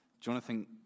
Jonathan